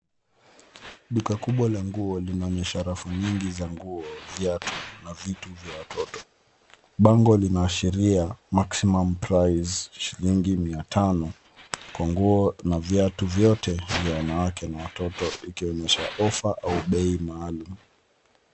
Duka kubwa la nguo linaonyesha rafu nyingi za nguo, viatu na vitu vya watoto. Bango linaashiria maximum price shilingi mia tano kwa nguo na viatu vyote vya wanawake na watoto ikionyesha offer au bei maalum.